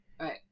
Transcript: Right